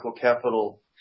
capital